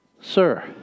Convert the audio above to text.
Sir